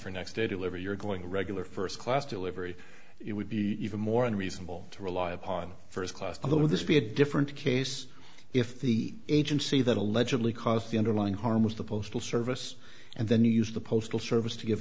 for next day delivery you're going a regular first class delivery it would be even more unreasonable to rely upon first class although this be a different case if the agency that allegedly caused the underlying harm was the postal service and then you used the postal service to give